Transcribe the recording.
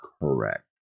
Correct